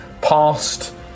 past